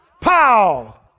Pow